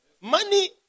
Money